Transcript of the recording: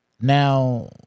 Now